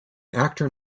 actor